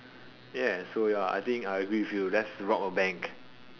ya so ya I think I agree with you let's rob a bank